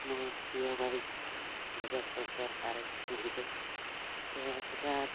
ମୋର ପ୍ରିୟ bike Bajaj Pulsar R S two hundred ତ ସେଇଟା